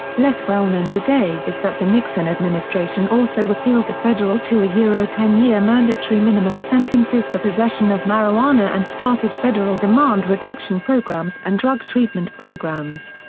less well-known today is that the nixon administration also repealed the federal two ah ten year mandatory minimum sentences for possession of marijuana and started federal demand reduction programs and drug-treatment programs.